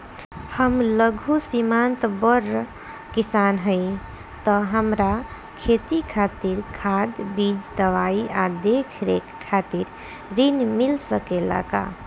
हम लघु सिमांत बड़ किसान हईं त हमरा खेती खातिर खाद बीज दवाई आ देखरेख खातिर ऋण मिल सकेला का?